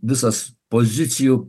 visas pozicijų